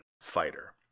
fighter